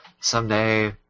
someday